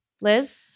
Liz